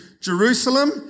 Jerusalem